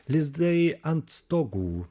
lizdai ant stogų